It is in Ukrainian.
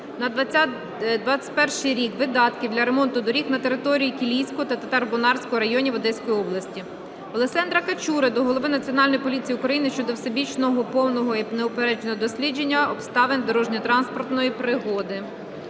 на 21-й рік видатків для ремонту доріг на території Кілійського та Татарбунарського районів в Одеській області. Олександра Качури до Голови Національної поліції України щодо всебічного, повного і неупередженого дослідження обставин дорожньо-транспортної пригоди.